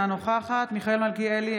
אינה נוכחת מיכאל מלכיאלי,